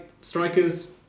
strikers